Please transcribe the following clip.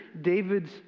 David's